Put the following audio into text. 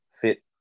fit